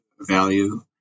value